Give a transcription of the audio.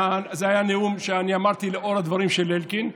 זה היה נאום שאני אמרתי לאור הדברים של אלקין.